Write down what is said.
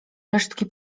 resztki